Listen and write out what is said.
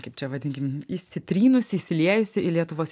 kaip čia vadinkim įsitrynusi įsiliejusi į lietuvos